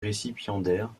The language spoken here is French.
récipiendaire